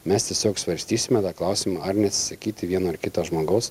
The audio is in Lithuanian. mes tiesiog svarstysime tą klausimą ar neatsisakyti vieno ar kito žmogaus